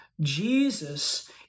Jesus